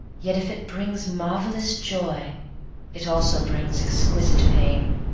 yet if it brings marvelous joy it also brings exquisite pain.